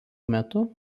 metu